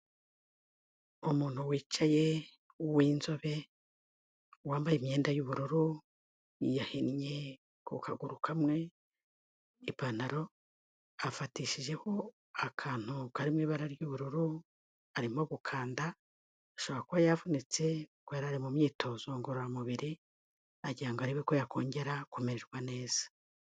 Umuntu wicaye w'inzobe, wambaye imyenda y'ubururu yahinnye ku kaguru kamwe ipantaro, afatishijeho akantu kari mu ibara ry'ubururu arimo gukanda. Ashobora kuba yavunitse, ubwo yari ari mu myitozo ngororamubiri, agirango ngo arebe ko yakongera kumererwa neza.